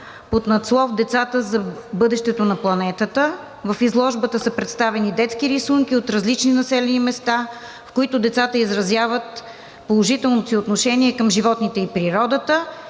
под надслов „Децата за бъдещето на планетата“. В изложбата са представени детски рисунки от различни населени места, в които децата изразяват положителното си отношение към животните и природата.